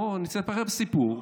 בואו, אני רוצה לספר לכם סיפור.